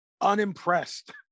Unimpressed